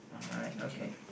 alright okay